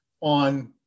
on